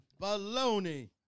Baloney